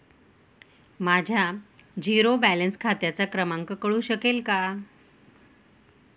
माझ्या zero balance खात्याचा क्रमांक कळू शकेल का?